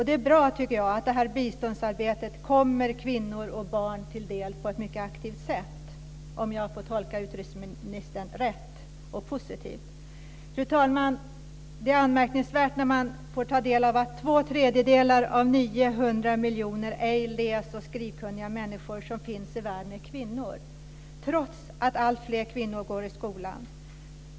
Det är bra, tycker jag, att detta biståndsarbete kommer kvinnor och barn till del på ett mycket aktivt sätt - om jag tolkar utrikesministern rätt och om jag tolkar henne positivt. Fru talman! Det är anmärkningsvärt när man får ta del av att två tredjedelar av 900 miljoner ej läs och skrivkunniga människor som finns i världen är kvinnor, trots att alltfler kvinnor går i skolan.